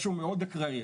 משהו מאוד אקראי.